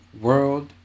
world